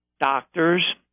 doctors